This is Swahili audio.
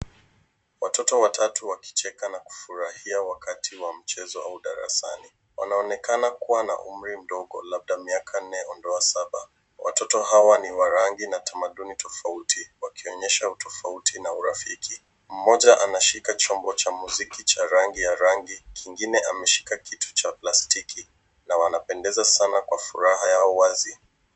Watoto watatu wakicheka na kufurahia wakati wa mchezo au darasa. Wanaonekana kuwa na umri mdogo, labda miaka nne hadi saba. Watoto hawa ni wa rangi na tamaduni tofauti, wakionyesha utofauti na urafiki. Mmoja anashika chombo cha muziki cha rangi ya rangi. Mwingine ameshika kitu cha plastiki na wanapendeza sana kwa furaha yao wazi.